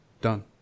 done